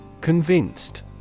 Convinced